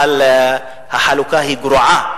אבל החלוקה היא גרועה.